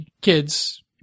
kids